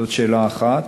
זאת שאלה אחת.